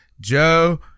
Joe